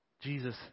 Jesus